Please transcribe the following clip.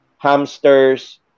Hamsters